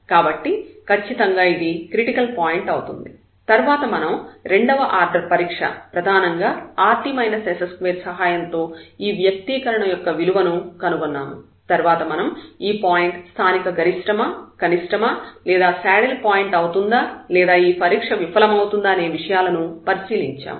కాబట్టి ఖచ్చితంగా ఇది క్రిటికల్ పాయింట్ అవుతుంది తర్వాత మనం రెండవ ఆర్డర్ పరీక్ష ప్రధానంగా rt s2 సహాయంతో ఈ వ్యక్తీకరణ యొక్క విలువను కనుగొన్నాము తర్వాత మనం ఈ పాయింట్ స్థానిక గరిష్టమా కనిష్టమా లేదా శాడిల్ పాయింట్ అవుతుందా లేదా ఈ పరీక్ష విఫలమవుతుందా అనే విషయాలను పరిశీలించాము